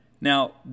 Now